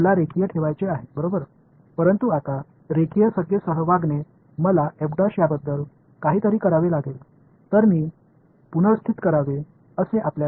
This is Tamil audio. நான் லீனியர் வைத்திருக்க விரும்புகிறேன் ஆனால் இப்போது லீனியர்வெளிப்பாடுகளை கையாளும்போது இதற்காக ஏதாவது செய்தாக வேண்டும்